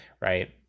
right